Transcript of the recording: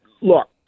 look